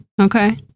okay